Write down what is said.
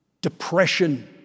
depression